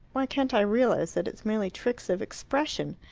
why can't i realize that it's merely tricks of expression?